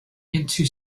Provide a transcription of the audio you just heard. into